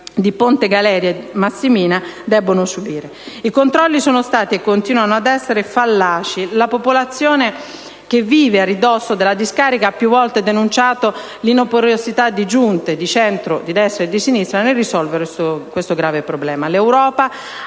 di Ponte Galeria e di Massimina devono subire. I controlli sono stati, e continuano ad essere, fallaci. La popolazione che vive a ridosso della discarica ha più volte denunciato l'inoperosità delle giunte, di centro, di destra e di sinistra, nel risolvere questo grave problema. L'Europa